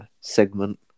segment